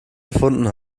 gefunden